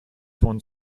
von